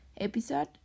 episode